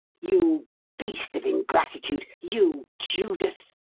you beast of ingratitude you judas!